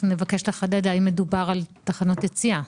נבקש לחדד, האם מדובר על תחנת יציאה?